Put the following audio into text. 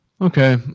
Okay